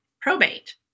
probate